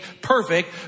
perfect